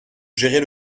gérer